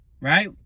right